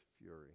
fury